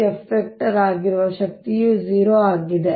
F ಆಗಿರುವ ಶಕ್ತಿಯು 0 ಆಗಿದೆ